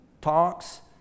talks